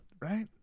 right